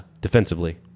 defensively